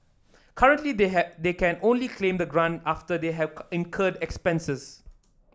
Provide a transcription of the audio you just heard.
currently they have they can only claim the grant after they have incurred expenses